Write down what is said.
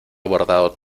bordado